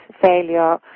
failure